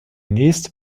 nächste